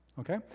Okay